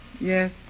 Yes